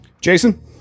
Jason